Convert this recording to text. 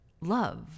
love